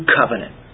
covenant